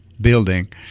building